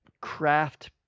craft